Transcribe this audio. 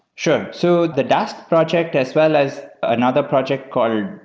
sure. so the dask project as well as another project called ray,